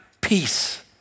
peace